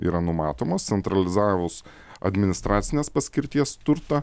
yra numatomas centralizavus administracinės paskirties turtą